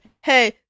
hey